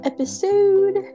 Episode